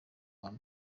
ntara